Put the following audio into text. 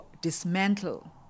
dismantle